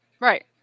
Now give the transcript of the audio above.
Right